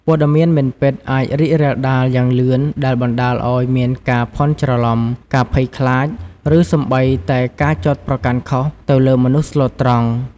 ព័ត៌មានមិនពិត អាច រីករាលដាល យ៉ាងលឿន ដែលបណ្ដាលឱ្យមាន ការភាន់ច្រឡំ ការភ័យខ្លាច ឬសូម្បីតែ ការចោទប្រកាន់ខុស ទៅលើ មនុស្សស្លូតត្រង់។